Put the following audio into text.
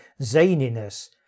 zaniness